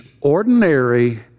ordinary